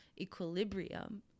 equilibrium